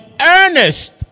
earnest